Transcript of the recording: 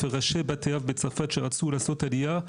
ראשי בת אב בצרפת שרצו לעשות עלייה,